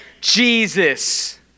Jesus